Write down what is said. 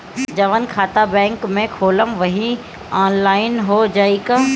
जवन खाता बैंक में खोलम वही आनलाइन हो जाई का?